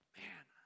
man